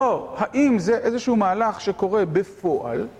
האם זה איזשהו מהלך שקורה בפועל?